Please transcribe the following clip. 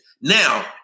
Now